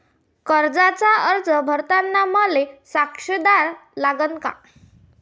कर्जाचा अर्ज करताना मले साक्षीदार लागन का?